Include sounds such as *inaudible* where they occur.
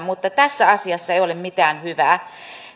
*unintelligible* mutta tässä asiassa ei ole mitään hyvää